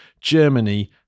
Germany